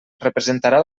representarà